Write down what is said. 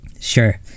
Sure